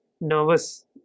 nervous